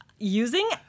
Using